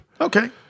Okay